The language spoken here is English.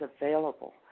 available